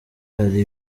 hari